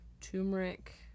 turmeric